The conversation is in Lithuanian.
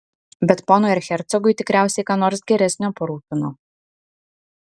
bet ponui erchercogui tikriausiai ką nors geresnio parūpino